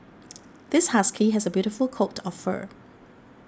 this husky has a beautiful coat of fur